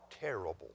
terrible